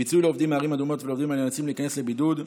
פיצוי לעובדים מערים אדומות ולעובדים הנאלצים להיכנס לבידוד.